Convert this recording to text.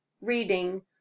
Reading